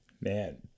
Man